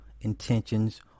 intentions